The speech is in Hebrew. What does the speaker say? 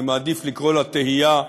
אני מעדיף לקרוא לה תהייה,